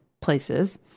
places